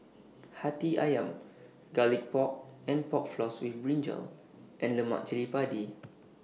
Hati Ayam Garlic Pork and Pork Floss with Brinjal and Lemak Cili Padi